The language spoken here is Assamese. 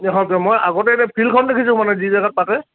মই আগতে এতিয়া ফিল্ডখন দেখিছোঁ মানে জেগাত পাতে